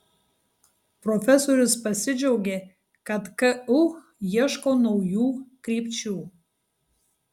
profesorius pasidžiaugė kad ku ieško naujų krypčių